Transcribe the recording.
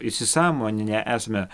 įsisąmoninę esame